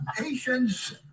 Patience